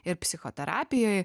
ir psichoterapijoj